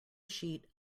sheet